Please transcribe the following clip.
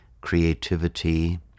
creativity